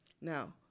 Now